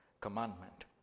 commandment